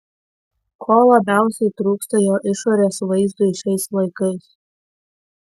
ko labiausiai trūksta jo išorės vaizdui šiais laikais